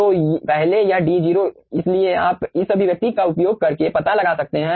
तो पहले यह d0 इसलिए आप इस अभिव्यक्ति का उपयोग करके पता लगा सकते हैं